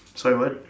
sorry what